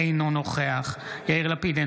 אינו נוכח יאיר לפיד,